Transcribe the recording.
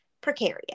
precarious